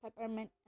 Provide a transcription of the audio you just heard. peppermint